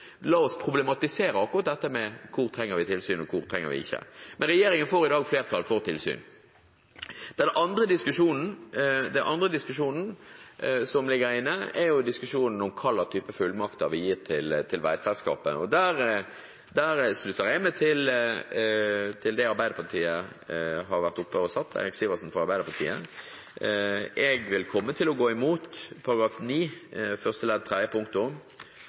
Men regjeringen får i dag flertall for tilsyn. Den andre diskusjonen er diskusjonen om hva slags type fullmakter vi gir til veiselskapet. Der slutter jeg meg til det Eirik Sivertsen fra Arbeiderpartiet var oppe og sa. Jeg vil komme til å gå imot § 9 første ledd tredje punktum